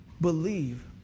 Believe